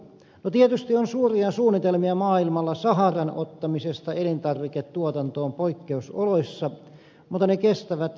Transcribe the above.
no tietysti on suuria suunnitelmia maailmalla saharan ottamisesta elintarviketuotantoon poikkeusoloissa mutta suunnitelmien toteuttaminen kestää liian kauan